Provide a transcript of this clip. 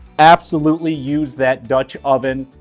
absolutely use that dutch oven.